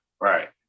Right